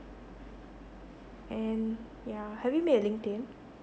and yeah have you made a LinkedIn